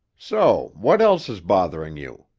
so what else is bothering you?